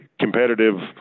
Competitive